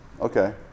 Okay